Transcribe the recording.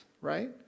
right